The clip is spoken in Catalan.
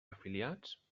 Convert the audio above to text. afiliats